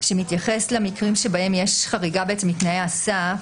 שמתייחס למקרים בהם יש חריגה מתנאי הסף,